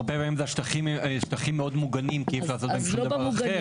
הרבה מהם הם שטחים מאוד מוגנים כי אי-אפשר לעשות מהם שום דבר אחר,